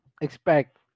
expect